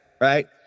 right